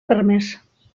permès